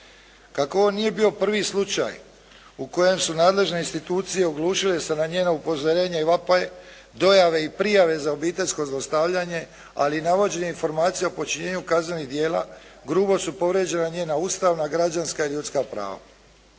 Kako ovo nije bio prvi slučaj u kojem su nadležne institucije oglušile se na njeno upozorenje i vapaj, dojave i prijave za obiteljsko zlostavljanje ali i navođenje informacija o počinjenju kaznenih djela grubo su povrijeđena njena ustavna, građanska i ljudska prava.